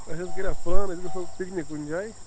اَسہِ حظ کَریاو پُلان أسۍ گَژھو پِکنِک کُنہِ جاے